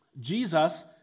Jesus